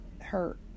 hurt